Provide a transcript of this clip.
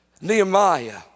Nehemiah